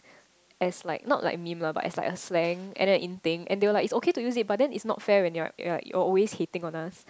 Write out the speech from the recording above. as like not like meme lah but as like a slang and then in thing and they was like it's okay to use but then it's not fair when you are you are you always hating on us